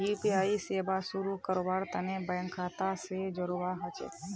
UPI सेवा शुरू करवार तने बैंक खाता स जोड़वा ह छेक